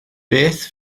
beth